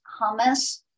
hummus